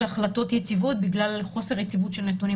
החלטות יציבות זה בגלל חוסר יציבות של נתונים,